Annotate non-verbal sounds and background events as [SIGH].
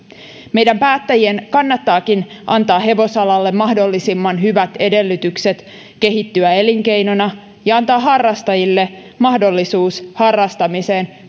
meidän päättäjien kannattaakin antaa hevosalalle mahdollisimman hyvät edellytykset kehittyä elinkeinona ja antaa harrastajille mahdollisuus harrastamiseen [UNINTELLIGIBLE]